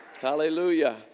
Hallelujah